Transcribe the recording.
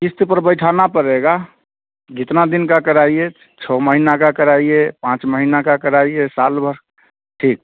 किस्त पर बैठाना पड़ेगा जितना दिन का कराइए छ महीना का कराइए पाँच महीना का कराइए साल भर ठीक